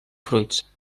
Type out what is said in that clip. fruits